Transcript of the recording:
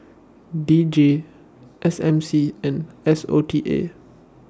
D J S M C and S O T A